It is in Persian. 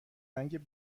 رنگ